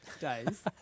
days